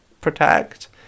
protect